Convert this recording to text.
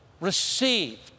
received